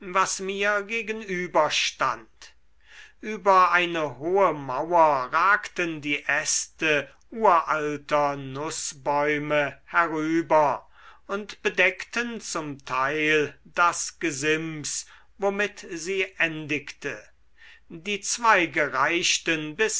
was mir gegenüber stand über eine hohe mauer ragten die äste uralter nußbäume herüber und bedeckten zum teil das gesims womit sie endigte die zweige reichten